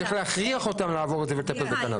צריך להכריח אותם לעבור את זה, ולטפל בקנביס.